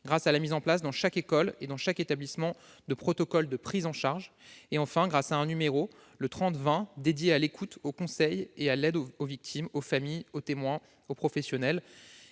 la mise en place dans chaque école et dans chaque établissement de protocoles de prise en charge et celle d'un numéro, le 30 20, dédié à l'écoute, au conseil et à l'aide aux victimes, aux familles, aux témoins et aux professionnels.